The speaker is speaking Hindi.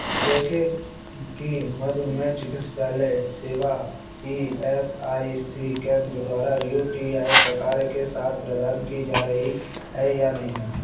देखें कि मधुमेह चिकित्सालय सेवा ई एस आई सी केंद्र द्वारा यू टी आई प्रकार के साथ प्रदान की जा रही है या नहीं